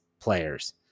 players